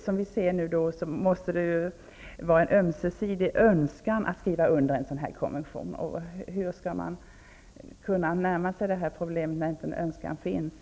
Som vi ser det krävs det en ömsesidig önskan att skriva under en konvention. Hur skall man närma sig problemet när någon önskan inte finns?